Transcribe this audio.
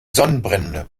sonnenbrände